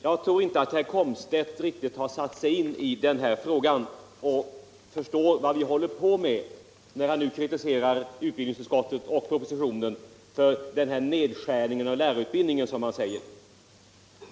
Jag tror inte att herr Komstedt satt sig in i den här frågan och förstår vad vi håller på med, när han nu kritiserar utskottet och propositionen för ”nedskärningen av lärarutbildningen”, som han säger.